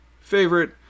favorite